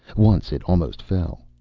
once it almost fell.